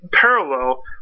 parallel